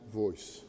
voice